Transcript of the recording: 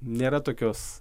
nėra tokios